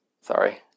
Sorry